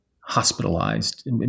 hospitalized